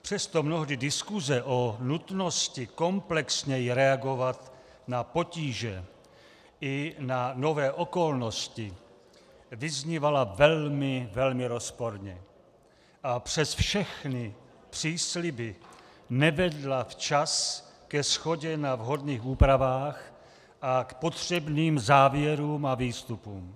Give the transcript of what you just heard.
Přesto mnohdy diskuze o nutnosti komplexněji reagovat na potíže i na nové okolnosti vyznívala velmi, velmi rozporně a přes všechny přísliby nevedla včas ke shodě na vhodných úpravách a k potřebným závěrům a výstupům.